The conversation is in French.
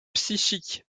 psychique